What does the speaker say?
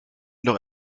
noch